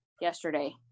yesterday